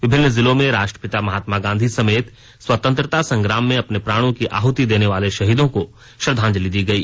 विभिन्न जिलों में राष्ट्रपिता महात्मा गांधी समेत स्वतंत्रता संग्राम में अपने प्राणों की आहृति देने वाले शहीदों को श्रद्वांजलि दी गई